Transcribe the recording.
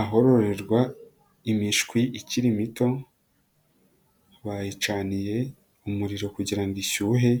Ahororerwa imishwi ikiri mito bayicaniye umuriro kugirango ishyuhe